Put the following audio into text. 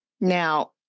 Now